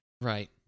Right